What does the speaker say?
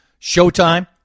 Showtime